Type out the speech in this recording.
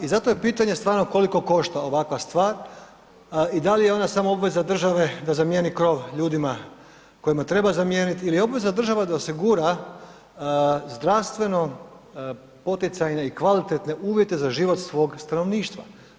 I zato je pitanje stvarno koliko košta ovakva stvar i da li je ona samo obveza države da zamijeni krov ljudima kojima treba zamijeniti ili je obveza države da osigura zdravstveno poticajne i kvalitetne uvjete za život svog stanovništva.